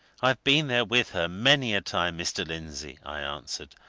i've been there with her many a time, mr. lindsey, i answered.